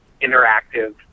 interactive